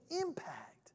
impact